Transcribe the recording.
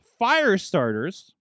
Firestarters